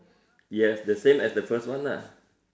yes the same as the first one lah